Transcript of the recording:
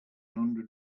hundred